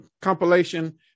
Compilation